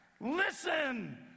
Listen